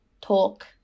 talk